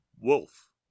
wolf